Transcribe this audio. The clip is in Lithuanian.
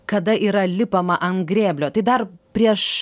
kada yra lipama ant grėblio tai dar prieš